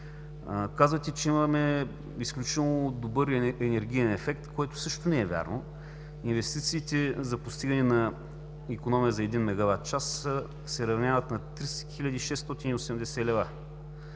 Казвате, че имаме изключително добър енергиен ефект, което също не е вярно. Инвестициите за постигане на икономия за един мегаватчас се равняват на 300 хил.